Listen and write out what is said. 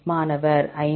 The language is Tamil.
மாணவர் 5